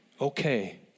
okay